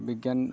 ᱵᱤᱜᱽᱜᱟᱱ